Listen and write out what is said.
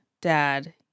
dad